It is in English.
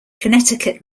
connecticut